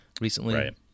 recently